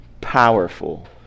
powerful